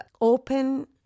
open